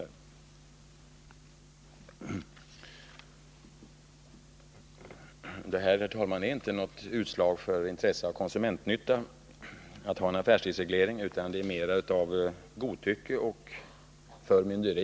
Detta att ha en affärstidsreglering, herr talman, är inte något utslag av intresse för konsumentnytta, utan det är mer av godtycke och förmynderi.